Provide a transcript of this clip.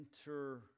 enter